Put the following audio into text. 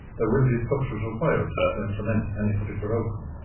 there will be structures required to implement any particular outcome.